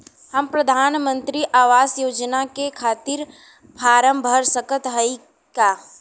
हम प्रधान मंत्री आवास योजना के खातिर फारम भर सकत हयी का?